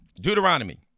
Deuteronomy